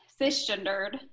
cisgendered